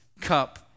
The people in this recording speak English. cup